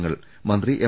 നങ്ങൾ മന്ത്രി എം